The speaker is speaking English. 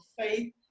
faith